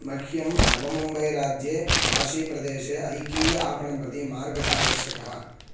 मह्यं नवमुम्बैराज्ये वाशीप्रदेशे अहिकीय आपणं प्रति मार्गः आवश्यकः